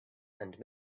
and